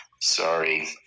Sorry